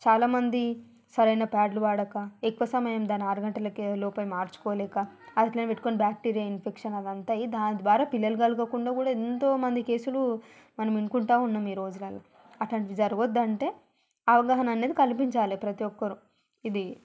చాలా మంది సరయిన ప్యాడ్లు వాడక ఎక్కువ సమయం దాన్ని ఆరు గంటలకే లోపే మార్చుకోలేక అట్లే పెట్టుకొని బ్యాక్టీరియ ఇన్ఫెక్షన్ అదంతయి దాని ద్వారా పిల్లలు కలగకుండా ఎంతో మంది కేసులు మనం వినుకుంటూ ఉన్నాం ఈ రోజులలో అట్లాంటివి జరగొద్దంటే అవగాహన అనేది కలిపించాలె ప్రతి ఒక్కరు ఇదీ